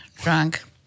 drunk